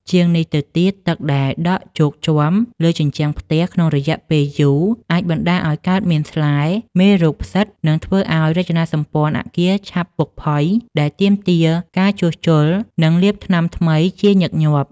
ជាងនេះទៅទៀត ទឹកដែលដក់ជោកជាំលើជញ្ជាំងផ្ទះក្នុងរយៈពេលយូរ អាចបណ្តាលឱ្យកើតមានស្លែ មេរោគផ្សិត និងធ្វើឱ្យរចនាសម្ព័ន្ធអគារឆាប់ពុកផុយ ដែលទាមទារការជួសជុល និងលាបថ្នាំថ្មីជាញឹកញាប់។